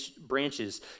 branches